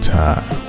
time